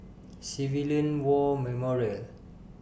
Civilian War Memorial